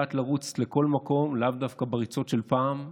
שיודעת לרוץ לכל מקום, לאו דווקא בריצות של פעם,